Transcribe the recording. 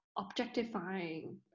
objectifying